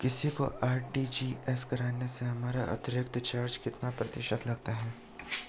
किसी को आर.टी.जी.एस करने से हमारा अतिरिक्त चार्ज कितने प्रतिशत लगता है?